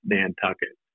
Nantucket